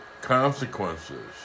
consequences